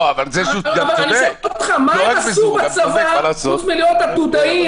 אני שואל מה הם עשו בצבא חוץ מלהיות עתודאים